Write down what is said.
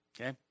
Okay